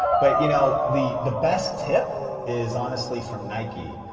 but you know, the the best tip is honestly from nike.